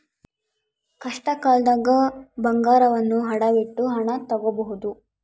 ಕಷ್ಟಕಾಲ್ದಗ ಬಂಗಾರವನ್ನ ಅಡವಿಟ್ಟು ಹಣ ತೊಗೋಬಹುದು